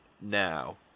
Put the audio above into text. now